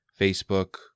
Facebook